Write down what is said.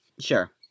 Sure